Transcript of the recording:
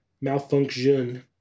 Malfunction